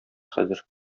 хәзер